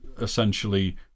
essentially